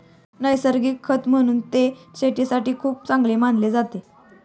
नैसर्गिक खत म्हणून ते शेतीसाठी खूप चांगले मानले जाते